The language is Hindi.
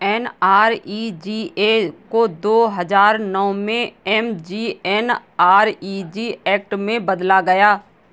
एन.आर.ई.जी.ए को दो हजार नौ में एम.जी.एन.आर.इ.जी एक्ट में बदला गया